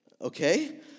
Okay